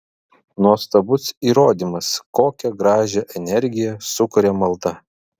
nuostabus įrodymas kokią gražią energiją sukuria malda